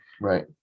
Right